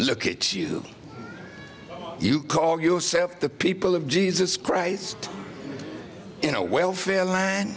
look at you you call yourself the people of jesus christ in a welfare l